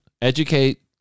Educate